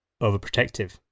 overprotective